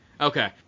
Okay